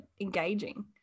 engaging